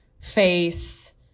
face